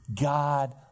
God